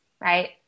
right